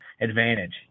advantage